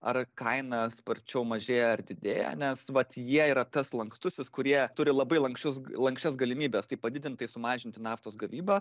ar kaina sparčiau mažėja ar didėja nes vat jie yra tas lankstusis kurie turi labai lanksčius lanksčias galimybes tai padidint sumažinti naftos gavybą